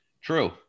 true